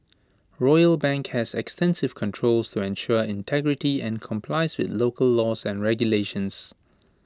royal bank has extensive controls to ensure integrity and complies with local laws and regulations